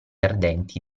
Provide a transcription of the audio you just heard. ardenti